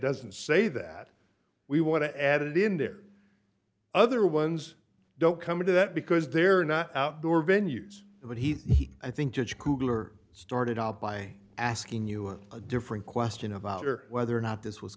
doesn't say that we want to add it in there other ones don't come into that because they're not outdoor venues and he i think judge kugler started out by asking you on a different question about or whether or not this was